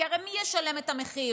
כי הרי מי ישלם את המחיר?